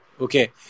Okay